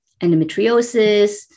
endometriosis